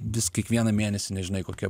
vis kiekvieną mėnesį nežinai kokia